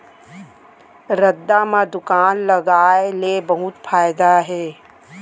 रद्दा म दुकान लगाय ले बहुत फायदा हे